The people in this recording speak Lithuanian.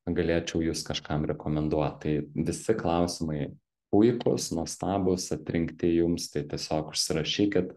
galėčiau jus kažkam rekomenduot tai visi klausimai puikūs nuostabūs atrinkti jums tai tiesiog užsirašykit